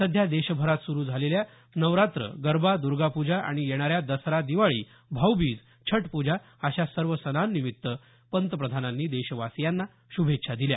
सध्या देशभरात सुरू झालेल्या नवरात्र गरबा दर्गापूजा आणि येणाऱ्या दसरा दिवाळी भाऊबीज छठपूजा अशा सर्व सणांनिमित्त पंतप्रधानांनी देशवासीयांना श्भेच्छा दिल्या